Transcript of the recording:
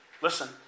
listen